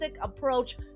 approach